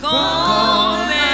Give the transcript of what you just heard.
Come